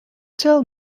tell